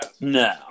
No